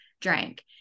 drank